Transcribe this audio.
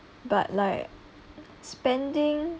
but like spending